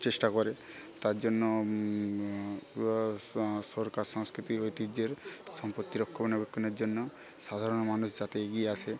চেষ্টা করে তার জন্য স সরকার সাংস্কৃতিক ঐতিহ্যের সম্পত্তি রক্ষণাবেক্ষণের জন্য সাধারণ মানুষ যাতে এগিয়ে আসে